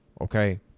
Okay